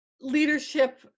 leadership